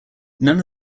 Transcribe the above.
none